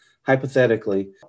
hypothetically